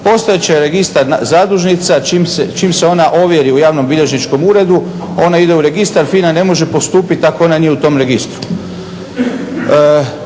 Postojat će Registar zadužnica, čim se ona ovjeri u javnobilježničkom uredu ona ide u registar, FINA ne može postupiti ako ona nije u tom registru.